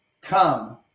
come